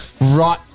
right